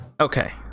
Okay